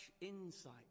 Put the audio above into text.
insight